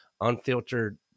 unfiltered